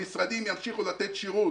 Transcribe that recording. המשרדים ימשיכו לתת שירות